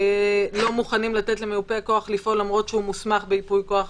לא מוכנים לתת למיופה הכוח לפעול למרות שהוא מוסמך בייפוי כוח,